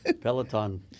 Peloton